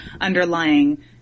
underlying